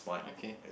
okay